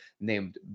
named